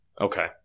Okay